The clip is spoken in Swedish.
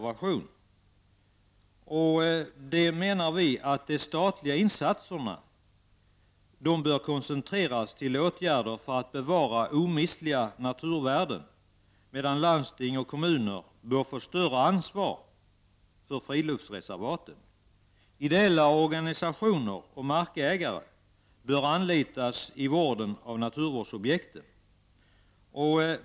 Vi menar att de statliga insatserna bör koncentreras till åtgärder för att bevara omistliga naturvärden, medan landsting och kommuner bör få större ansvar för friluftsreservaten. Ideella organisationer och markägare bör anlitas i vården av naturvårdsobjekten.